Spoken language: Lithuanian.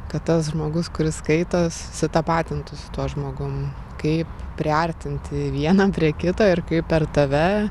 kad tas žmogus kuris skaito susitapatintu su tuo žmogum kaip priartinti vieną prie kito ir kaip per tave